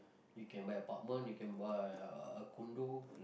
you can buy apartment you can buy a condo